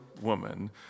woman